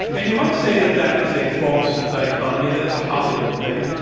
and you might say that that is a false dichotomy, that it's a hollywood thing,